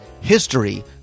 history